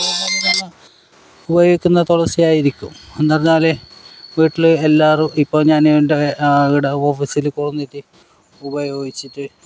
പോയേക്കുന്നത് തുളസി ആയിരിക്കും എന്നു പറഞ്ഞാൽ വീട്ടിൽ എല്ലാവരും ഇപ്പോൾ ഞാനെന്റെ ഓഫീസിൽ കൊണ്ടെന്നിട്ട് ഉപയോഗിച്ചിട്ട്